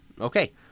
Okay